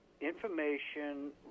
information